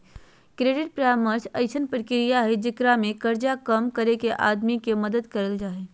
credit परामर्श अइसन प्रक्रिया हइ जेकरा में कर्जा कम करके आदमी के मदद करल जा हइ